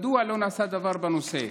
מדוע לא נעשה דבר בנושא?